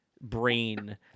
brain